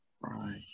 Right